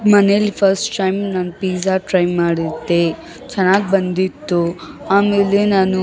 ಮನೆಲ್ಲಿ first time ನಾನು pizza try ಮಾಡಿದ್ದೆ ಚೆನ್ನಾಗಿ ಬಂದಿತ್ತು ಆಮೇಲೆ ನಾನು